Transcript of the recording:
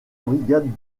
brigade